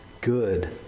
good